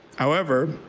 however,